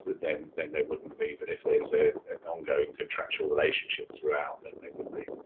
then then they wouldn't be. but if there's ah ongoing contractual relationship throughout then they would be.